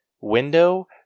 window